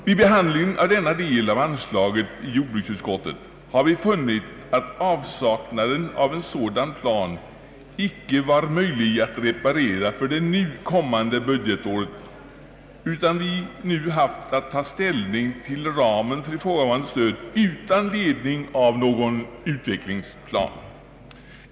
Vid behandlingen av denna del av anslaget i jordbruksutskottet har vi funnit att avsaknaden av en sådan plan icke var möjlig att reparera för det nu kommande budgetåret utan att vi haft att ta ställning till ramen för ifrågavarande stöd utan ledning av någon utvecklingsplan.